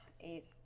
Eight